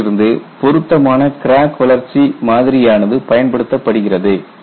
இவற்றிலிருந்து பொருத்தமான கிராக் வளர்ச்சி மாதிரி ஆனது பயன்படுத்தப்படுகிறது